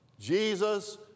Jesus